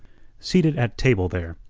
seated at table there,